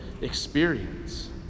experience